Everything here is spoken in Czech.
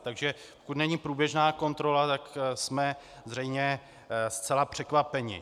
Takže pokud není průběžná kontrola, tak jsme zřejmě zcela překvapeni.